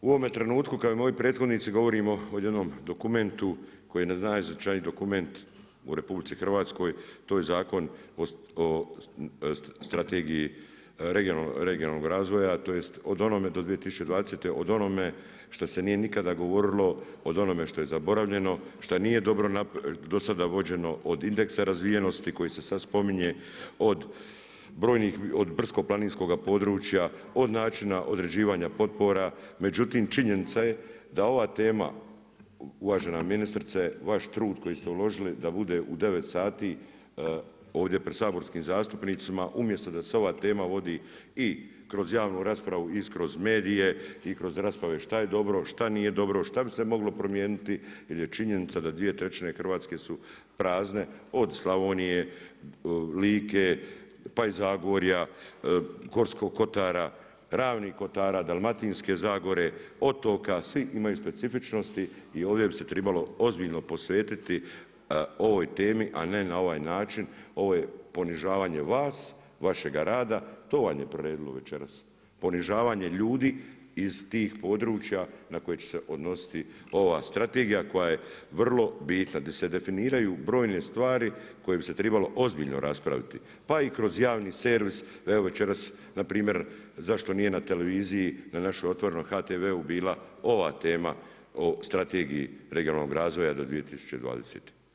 U ovome trenutku kao i moji prethodnici govorimo o jednom dokumentu koji je najznačajniji dokument u RH, to je Strategiji regionalnoj razvoja, tj. o onome do 2020., o onome što se nije nikada govorilo, o onome što je zaboravljeno, šta nije dobro dosada vođeno, od indeksa razvijenosti koji se sad spominje, od brdsko-planinskog područja, od načina određivanja potpora, međutim činjenica je da ova tema, uvažena ministrice, vaš trud koji ste uložili, da bude u 9 sati ovdje pred saborskim zastupnicima, umjesto da se ova tema vodi i kroz javnu raspravu i kroz medije i kroz rasprave šta je dobro, šta nije dobro, šta bi se moglo promijeniti, jer je činjenica da 2/3 Hrvatske su prazne, od Slavonije, Like, pa i Zagorja, Gorskog kotara, Ravnih kotara, Dalmatinske zagore, otoka, svi imaju specifičnosti i ovdje bi se trebalo ozbiljno posvetiti ovoj temi a ne na ovaj način, ovo je ponižavanje vas, vašega rada, to vam je priredilo večeras, ponižavanje ljudi iz tih područja na koje će se odnositi ova strategija koja je vrlo bitna, di se definiraju brojne stvari koje bi se trebalo ozbiljno raspraviti, pa i kroz javni servis, da evo večeras npr. zašto nije na televiziji, na našem Otvorenom HTV-u bila ova tema o Strategiji regionalnog razvoja do 2020.